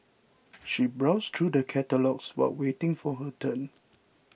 she browsed through the catalogues while waiting for her turn